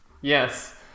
Yes